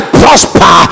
prosper